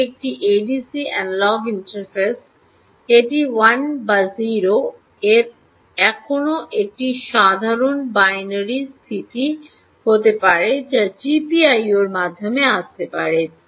এটি একটি ADC analog interface এটি 1 বা 0 এর এখনও একটি সাধারণ বাইনারি স্থিতি হতে পারে যা জিপিআইওর মাধ্যমে আসতে পারে